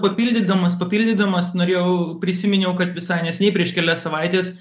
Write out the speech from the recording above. papildydamas papildydamas norėjau prisiminiau kad visai neseniai prieš kelias savaites